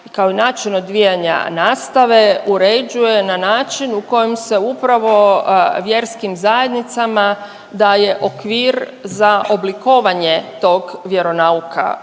kao i način odvijanja nastave uređuje na način u kojem se upravo vjerskim zajednicama daje okvir za oblikovanje tog vjeronauka koji